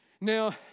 now